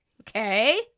Okay